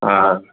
हा हा